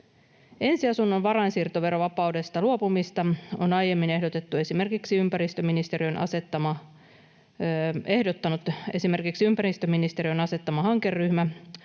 Ensiasunnon varainsiirtoverovapaudesta luopumista on aiemmin ehdottanut esimerkiksi ympäristöministeriön asettama hankeryhmä